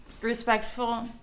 respectful